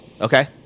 Okay